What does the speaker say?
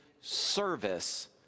service